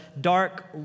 dark